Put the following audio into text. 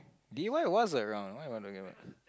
d_y was around what are you talking about